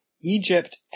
Egypt